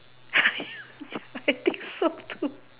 I think so too